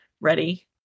ready